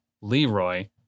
Leroy